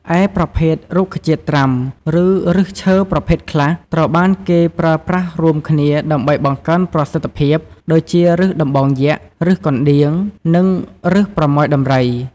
ឯប្រភេទរុក្ខជាតិត្រាំ ឬឫសឈើប្រភេទខ្លះត្រូវបានគេប្រើប្រាស់រួមគ្នាដើម្បីបង្កើនប្រសិទ្ធភាព ដូចជា ឫសដំបងយក្ស ឫសកណ្ដៀង និងឫសប្រមោយដំរី។